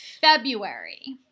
February